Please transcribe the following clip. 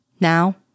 Now